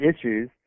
issues